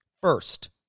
first